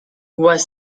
was